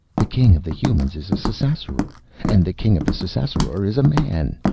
the king of the humans is a ssassaror and the king of the ssassaror is a man,